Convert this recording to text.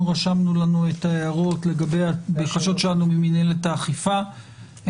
אנחנו רשמנו לנו את ההערות לגבי הבקשות שלנו ממנהלת האכיפה,